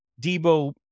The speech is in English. Debo